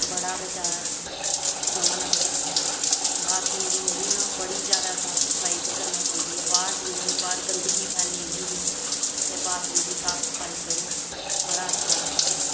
बड़ा गै ज्यादा सोह्ना लगदा असेंगी बाथरूम दी जेह्ड़ी ना बड़ी ज्यादा साफ सफाई करना पौंदी असेंगी बाहर जंदे हे गंदगी फैली जंदी ही ते बाथरूम दी साफ सफाई करो बड़ा अच्छा लगदा ऐ